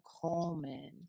Coleman